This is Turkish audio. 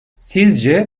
sizce